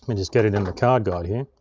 i mean just get it in the card guard here.